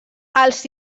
els